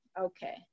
okay